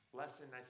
lesson